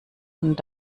und